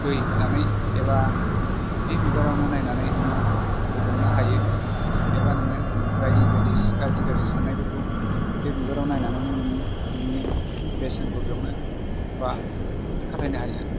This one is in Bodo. दै होनानै एबा बे बिबारआवनो नायनानै नोङो गोजोननो हायो एबा नोङो बाइदि बाइदि सि गाज्रि गाज्रि साननायफोरखौ बे बिबारावनो नायनानैनो नोङो नोंनि बेसेनखौ बियावनो बा खाथाइनो हायो